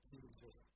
Jesus